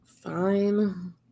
Fine